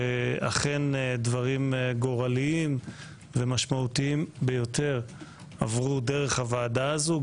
אכן דברים גורליים ומשמעותיים ביותר עברו דרך הוועדה הזאת.